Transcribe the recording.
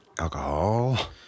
alcohol